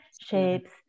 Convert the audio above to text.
shapes